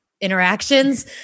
interactions